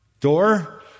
door